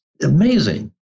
amazing